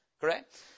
correct